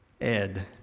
Ed